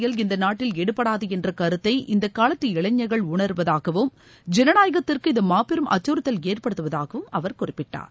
வாரிக அரசியல் இந்த நாட்டில எடுபடாது என்ற கருத்தை இந்தக் காலத்து இளைஞர்கள் உணருவதாகவும் ஐனநாயகத்திற்கு இது மாபெரும் அச்சுறுத்தல் ஏற்படுத்துவதாகவும் அவர் குறிப்பிட்டார்